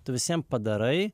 tu visiem padarai